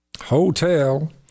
Hotel